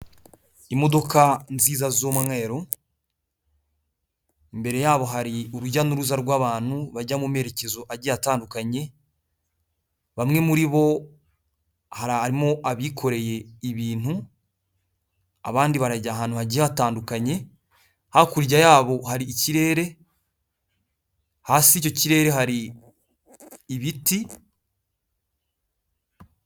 Imodoka nziza z'mweru imbere yabo hari urujya n'uruza rw'abantu bajya mu merekezo agiye atandukanye bamwe muri bo ha harimo abikoreye ibintu abandi barajya ahantu hagiye hatandukanye hakurya yabo hari ikirere hasi icyo kirere hari ibiti.